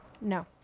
no